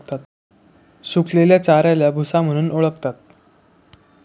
सुकलेल्या चाऱ्याला भुसा म्हणून ओळखतात